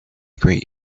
great